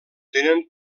tenen